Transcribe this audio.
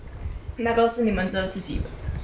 那个是你们折自己的